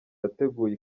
yateguye